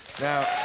Now